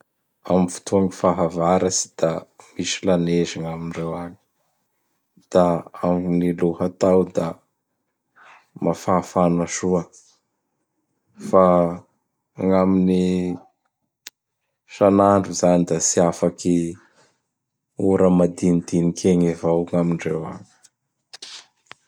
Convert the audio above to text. Am fotoagn fahavaratsy da misy lanezy gn'amindreo agny; da am gny lohatao da mafafana soa. Fa gnamin'ny sanandro zany da tsy afaky ora madinidiniky egny avao gn'amindreo agny.